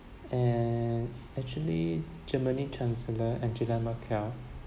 and actually germany chancellor angela merkel